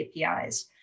APIs